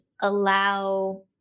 allow